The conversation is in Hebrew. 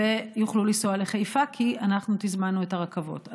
ויוכלו לנסוע לחיפה, כי אנחנו תזמנו את הרכבות.